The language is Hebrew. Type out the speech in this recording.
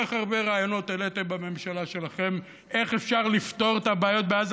כל כך הרבה רעיונות העליתם בממשלה שלכם איך אפשר לפתור את הבעיות בעזה,